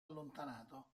allontanato